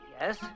yes